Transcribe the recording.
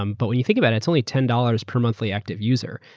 um but when you think about it, it's only ten dollars per monthly active user.